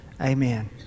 amen